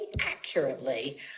accurately